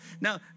Now